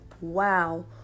wow